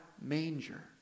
manger